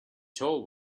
told